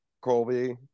Colby